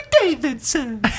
Davidson